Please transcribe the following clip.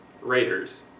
Raiders